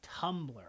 Tumblr